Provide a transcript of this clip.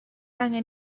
angen